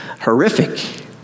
horrific